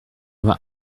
vingt